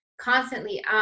constantly